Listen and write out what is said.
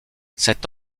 cet